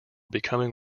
becoming